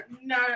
no